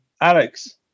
Alex